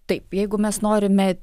taip jeigu mes norime